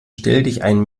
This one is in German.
stelldichein